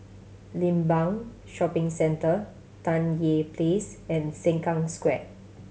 Limbang Shopping Centre Tan Tye Place and Sengkang Square